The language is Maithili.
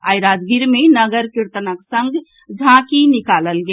आई राजगीर मे नगर कीर्तनक संग झांकी निकालल गेल